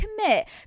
commit